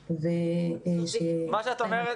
הגבוהה --- זה סודי?